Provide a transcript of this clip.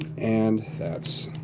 and that's